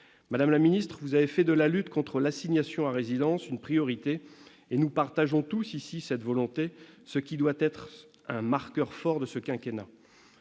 Madame la ministre, vous avez fait de la lutte contre « l'assignation à résidence » une priorité. Nous partageons tous, ici, cette volonté, qui doit être un marqueur fort de ce quinquennat.